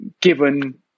given